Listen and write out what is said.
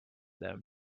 them